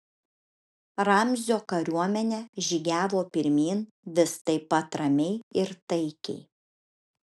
ramzio kariuomenė žygiavo pirmyn vis taip pat ramiai ir taikiai